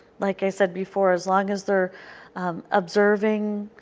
like i said before, as long as they are observing,